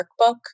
workbook